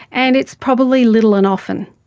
and it's probably little and often.